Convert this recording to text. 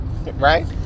right